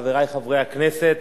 חבר הכנסת